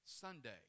Sunday